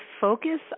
focus